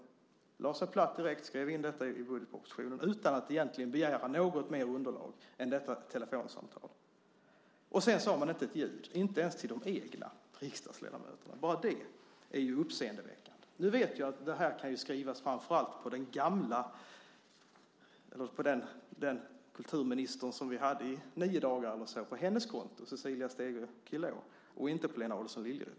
Man lade sig platt och skrev in detta i budgetpropositionen utan att egentligen begära något mer underlag än detta telefonsamtal. Sedan sade man inte ett ljud, inte ens till de egna riksdagsledamöterna. Bara det är uppseendeväckande. Nu vet jag att detta kan skrivas framför allt på det konto som hörde till den kulturminister vi hade i nio dagar, Cecilia Stegö Chilò, och inte på Lena Adelsohn Liljeroth.